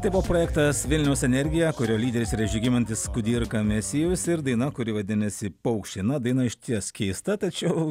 tai buvo projektas vilniaus energija kurio lyderis yra žygimantis kudirka mesijus ir daina kuri vadinasi paukščiai na daina išties keista tačiau